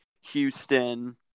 Houston